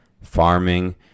farming